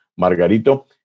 Margarito